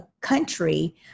country